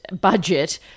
budget